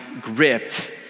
gripped